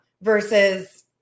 versus